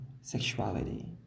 sexuality